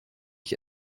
ich